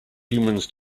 humans